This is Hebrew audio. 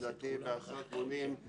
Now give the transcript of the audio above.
לדעתי בעשרות מונים,